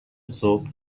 صبح